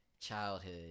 childhood